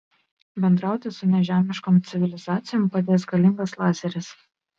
bendrauti su nežemiškom civilizacijom padės galingas lazeris